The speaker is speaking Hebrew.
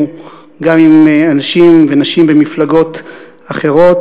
גם עם אנשים ונשים במפלגות אחרות,